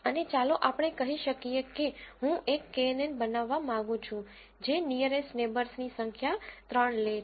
અને ચાલો આપણે કહી શકીએ કે હું એક કેએનએન બનાવવા માંગુ છું જે નીઅરેસ્ટ નેબર્સની સંખ્યા 3 લે છે